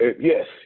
Yes